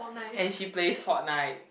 and she plays fortnight